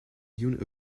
unit